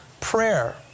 prayer